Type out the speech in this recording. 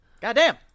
Goddamn